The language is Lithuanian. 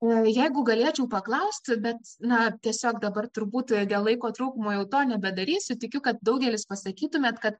o jeigu galėčiau paklausti bet na tiesiog dabar turbūt dėl laiko trūkumo jau to nebedarysiu tikiu kad daugelis pasakytumėt kad